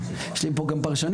יש לי פה גם פרשנים.